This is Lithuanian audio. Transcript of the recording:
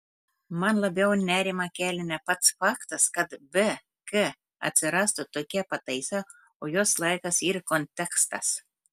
man labiau nerimą kelia ne pats faktas kad bk atsirastų tokia pataisa o jos laikas ir kontekstas